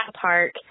Park